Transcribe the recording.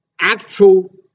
actual